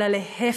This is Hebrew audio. אלא להפך.